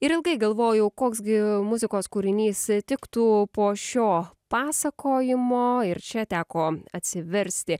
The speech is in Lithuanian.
ir ilgai galvojau koks gi muzikos kūrinys tiktų po šio pasakojimo ir čia teko atsiversti